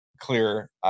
Clear